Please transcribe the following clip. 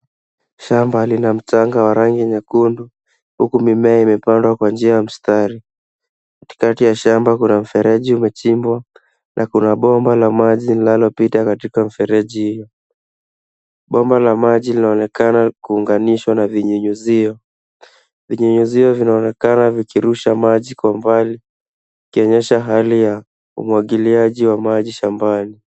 Shamba lina mchanga wa rangi nyekundu huku mimea imepandwa kwa njia ya mstari. Katikati ya shamba kuna mfereji uliochimbwa na kuna bomba la maji linalopita katika mfereji hilo. Bomba la maji linaonekana kuunganishwa na vinyunyizio. Vinyunyiziovinaonekana vikirusha maji kwa mbali ikionyesha hali ya maji shambani.